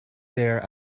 there